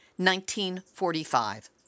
1945